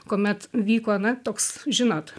kuomet vyko na toks žinot